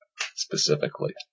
Specifically